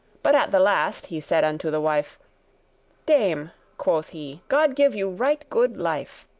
but at the last he said unto the wife dame, quoth he, god give you right good life,